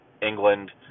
England